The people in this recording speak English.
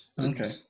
Okay